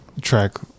track